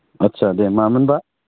आतसा दे मामोन बा